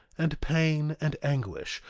and pain, and anguish,